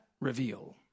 reveal